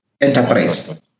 enterprise